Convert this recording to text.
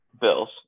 Bills